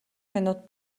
минут